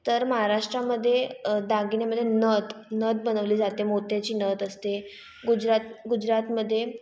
तर माहाराष्ट्रामध्ये दागिने म्हणजे नथ नथ बनवली जाते मोत्याची नथ असते गुजरात गुजरातमध्ये